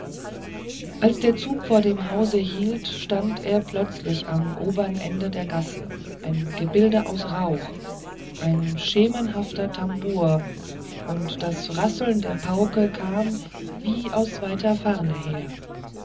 als der zug vor dem hause hielt stand er plötzlich am obern ende der gasse ein gebilde aus rauch ein schemenhafter tambour und das rasseln der pauke kam wie aus weiter ferne her